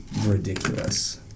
ridiculous